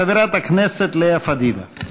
חברת הכנסת לאה פדידה.